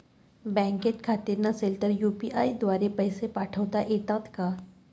बँकेत खाते नसेल तर यू.पी.आय द्वारे पैसे पाठवता येतात का?